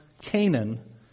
Canaan